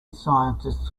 scientists